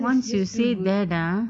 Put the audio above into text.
once you say that ah